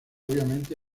obviamente